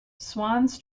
swans